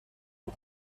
but